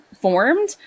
formed